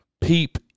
peep